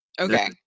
Okay